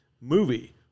movie